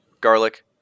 garlic